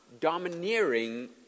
domineering